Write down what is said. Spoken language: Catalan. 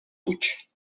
puig